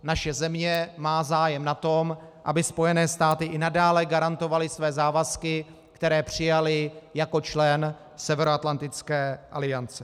Naše země má zájem na tom, aby Spojené státy i nadále garantovaly své závazky, které přijaly jako člen Severoatlantické aliance.